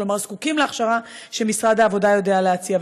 כלומר זקוקים להכשרה שמשרד העבודה יודע להציע.